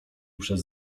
przez